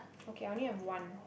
okay I only have one